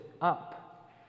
up